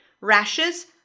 rashes